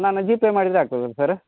ನಾನು G Pay ಮಾಡಿದರೆ ಆಗ್ತದಲ್ಲ ಸರ್